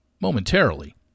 momentarily